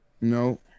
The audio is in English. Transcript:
No